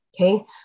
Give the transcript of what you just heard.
okay